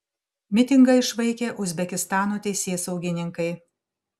mitingą išvaikė uzbekistano teisėsaugininkai